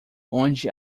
onde